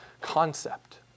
concept